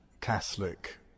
Catholic